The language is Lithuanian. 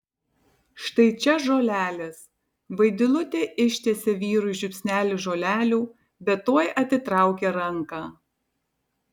štai čia žolelės vaidilutė ištiesė vyrui žiupsnelį žolelių bet tuoj atitraukė ranką